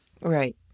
Right